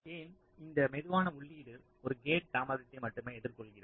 ஏன் இந்த மெதுவான உள்ளீடு ஒரு கேட் தாமதத்தை மட்டுமே எதிர்கொள்கிறது